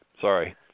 sorry